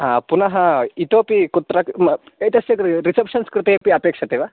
हा पुनः इतोऽपि कुत्र म एतस्य गृहे रिसेप्शन्स् कृते अपि अपेक्षते वा